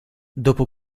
dopo